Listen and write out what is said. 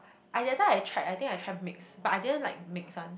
I that time I tried I think I tried mix but I didn't like mix one